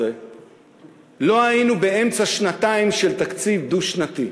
לא היינו באמצע שנתיים של תקציב דו-שנתי.